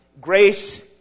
grace